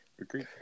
Agree